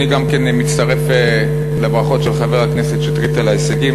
אני גם כן מצטרף לברכות של חבר הכנסת שטרית על ההישגים,